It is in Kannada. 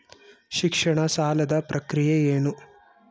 ಶಿಕ್ಷಣ ಸಾಲದ ಪ್ರಕ್ರಿಯೆ ಏನು?